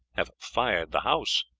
have fired the house.